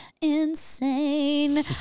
insane